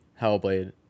hellblade